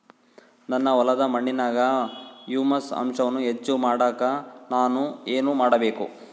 ನನ್ನ ಹೊಲದ ಮಣ್ಣಿನಾಗ ಹ್ಯೂಮಸ್ ಅಂಶವನ್ನ ಹೆಚ್ಚು ಮಾಡಾಕ ನಾನು ಏನು ಮಾಡಬೇಕು?